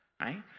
right